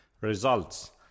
Results